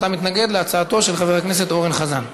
אתה מתנגד להצעתו של חבר הכנסת אורן חזן.